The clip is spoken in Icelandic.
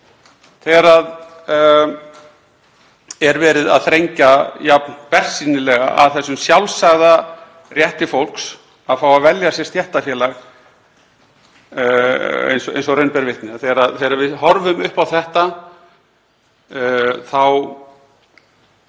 þegar verið er að þrengja jafn bersýnilega að þessum sjálfsagða rétti fólks að fá að velja sér stéttarfélag eins og raun ber vitni. Þegar við horfum upp á þetta þá